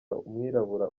umwirabura